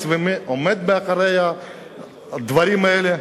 מי מאחורי הדברים האלה?